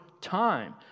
time